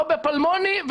לא בפלמוני,